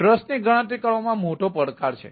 તેથી ટ્રસ્ટની ગણતરી કરવામાં મોટો પડકાર છે